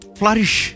flourish